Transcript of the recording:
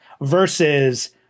versus